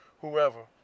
whoever